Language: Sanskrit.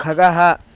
खगः